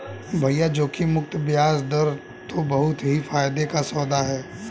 भैया जोखिम मुक्त बयाज दर तो बहुत ही फायदे का सौदा है